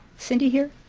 cindy here?